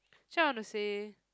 actually I want to say